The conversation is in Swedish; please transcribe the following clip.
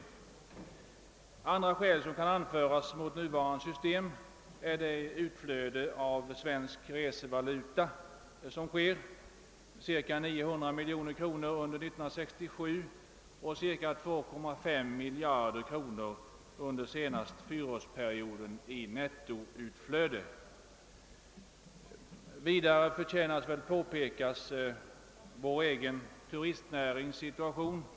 Ett annat skäl som kan anföras mot nuvarande ordning är det utflöde av svensk resevaluta som förekommer. Nettoutflödet uppgick till cirka 900 miljoner kronor under år 1967 och till ungefär 2,5 miljarder kronor under den senaste fyraårsperioden. Vidare bör vår egen turistnärings situation beaktas.